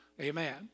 Amen